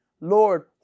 Lord